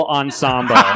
ensemble